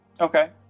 Okay